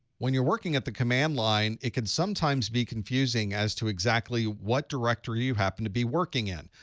when you're working at the command line, it can sometimes be confusing as to exactly what directory you happen to be working in.